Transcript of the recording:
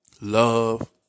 love